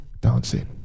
Dancing